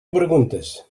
preguntes